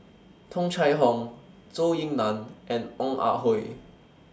Tung Chye Hong Zhou Ying NAN and Ong Ah Hoi